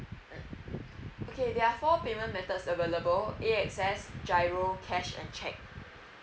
mm okay there are ya for payment methods available axs giro cash and check